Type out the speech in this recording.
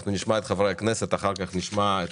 אנחנו נשמע את חברי הכנסת ואחר כך נשמע את